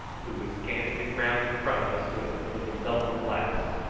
who was scanning the ground in front of us with his little double glass.